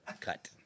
Cut